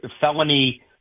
felony